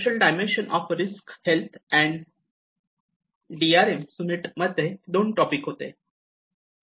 social dimension of risk health and D R M summit मध्ये दोन topic होते